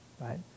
right